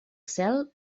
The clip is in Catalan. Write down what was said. cel